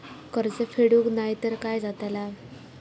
कर्ज फेडूक नाय तर काय जाताला?